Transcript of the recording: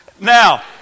Now